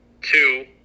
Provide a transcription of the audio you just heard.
Two